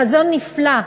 חזון נפלא,